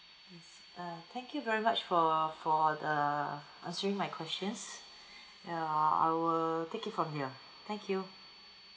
I see uh thank you very much for for the answering my questions uh I will take it from here thank you